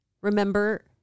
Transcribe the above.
remember